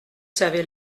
savez